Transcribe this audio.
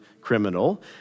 criminal